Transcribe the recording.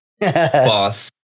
boss